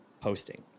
posting